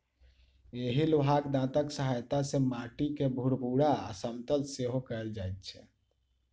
एहि लोहाक दाँतक सहायता सॅ माटि के भूरभूरा आ समतल सेहो कयल जाइत छै